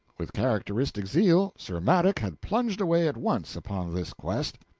with characteristic zeal sir madok had plunged away at once upon this quest,